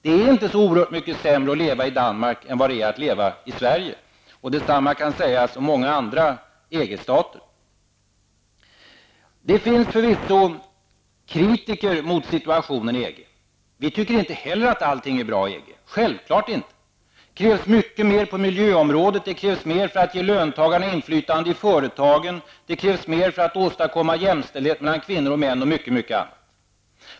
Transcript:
Det är inte så oerhört mycket sämre att leva i Danmark än i Sverige. Detsamma kan sägas om många andra Det finns förvisso kritiker när det gäller situationen i EG. Vi tycker inte heller att allting är bra. Självklart inte. Det krävs mycket mer på miljöområdet, det krävs mer för att ge löntagarna inflytande i företagen. Det krävs mer för att åstadkomma jämställdhet mellan kvinnor och män och mycket annat.